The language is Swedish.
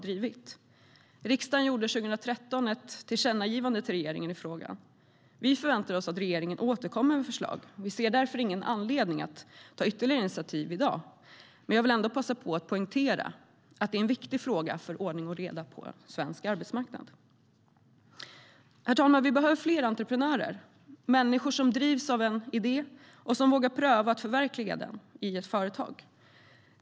Riksdagen gjorde 2013 ett tillkännagivande till regeringen i frågan. Vi förväntar oss att regeringen återkommer med förslag och ser därför ingen anledning att ta ytterligare initiativ i dag. Men jag vill ändå passa på att poängtera att det är en viktig fråga för ordning och reda på svensk arbetsmarknad. Herr ålderspresident! Vi behöver fler entreprenörer, människor som drivs av en idé och vågar pröva att förverkliga den i ett företag.